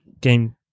Game